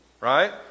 Right